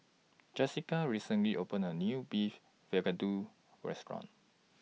Jesica recently opened A New Beef Vindaloo Restaurant